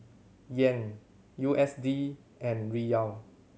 Yen U S D and Riyal